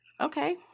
Okay